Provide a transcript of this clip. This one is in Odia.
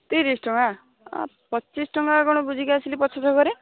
ତିରିଶ ଟଙ୍କା ପଚିଶ ଟଙ୍କା କ'ଣ ବୁଝିକି ଆସିଲି ପଛ ଛକରେ